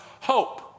hope